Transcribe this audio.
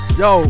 yo